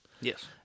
Yes